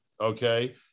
Okay